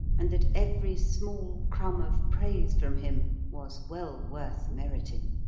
and that every small crumb of praise from him was well worth meriting.